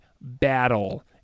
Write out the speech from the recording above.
battle